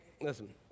Listen